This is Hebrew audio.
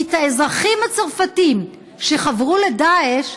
כי את האזרחים הצרפתים שחברו לדאעש,